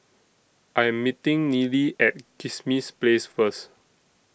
I Am meeting Neely At Kismis Place First